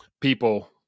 people